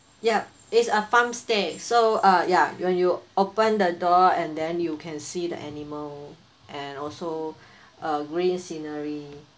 yup it's a farm stay so uh ya you when you open the door and then you can see the animal and also a green scenery